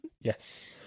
Yes